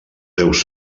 seus